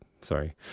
Sorry